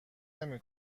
نمی